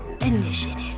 initiative